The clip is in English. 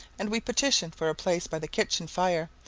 and we petitioned for a place by the kitchen fire,